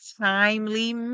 timely